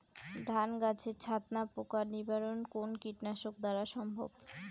ধান গাছের ছাতনা পোকার নিবারণ কোন কীটনাশক দ্বারা সম্ভব?